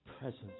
presence